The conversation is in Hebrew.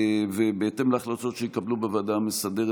ובהתאם להחלטות שיקבלו בוועדה המסדרת